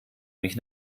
mich